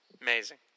Amazing